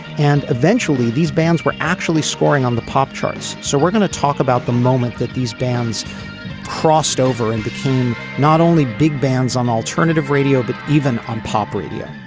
and eventually these bands were actually scoring on the pop charts so we're going to talk about the moment that these bands crossed over and became not only big bands on alternative radio but even on pop radio